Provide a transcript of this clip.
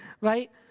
right